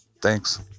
Thanks